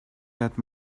that